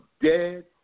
dead